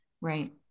right